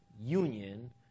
union